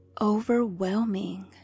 overwhelming